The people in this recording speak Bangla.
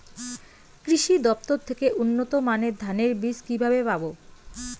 কৃষি দফতর থেকে উন্নত মানের ধানের বীজ কিভাবে পাব?